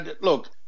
look